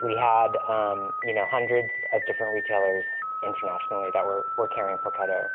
we had um you know hundreds of different retailers internationally that were were carrying poketo.